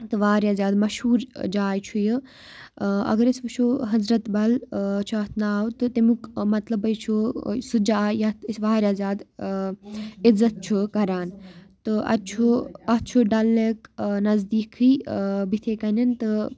تہٕ واریاہ زیادٕ مشہوٗر جاے چھُ یہِ اَگر أسۍ وٕچھو حضرت بل چھُ اَتھ ناو تہٕ تمیُک مطلبَے چھُ سُہ جاے یَتھ أسۍ واریاہ زیادٕ عِزت چھُ کَران تہٕ اَتہِ چھُ اَتھ چھُ ڈل لیک نزدیٖکٕھے بِتھے کَنیٚن تہٕ